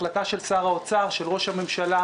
החלטה של שר האוצר ושל ראש הממשלה.